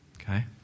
Okay